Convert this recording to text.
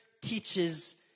teaches